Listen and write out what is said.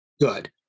good